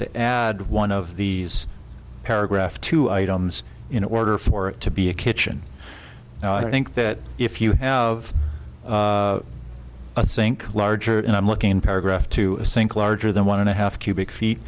to add one of these paragraph two items in order for it to be a kitchen i think that if you have a sink larger and i'm looking in paragraph two a sink larger than one and a half cubic feet